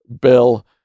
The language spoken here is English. Bill